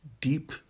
deep